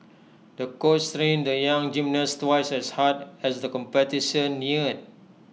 the coach the young gymnast twice as hard as the competition neared